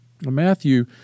Matthew